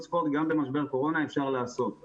גם בתקופת משבר הקורונה אפשר לעשות פעילות ספורט.